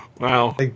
Wow